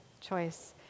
choice